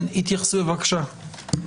בבקשה.